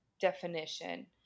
definition